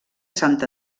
sant